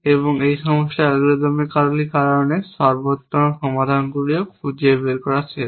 এবং এই সমস্ত অ্যালগরিদমগুলির কারণে সর্বোত্তম সমাধানগুলিও খুঁজে পাওয়া শেষ